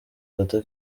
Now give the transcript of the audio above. gato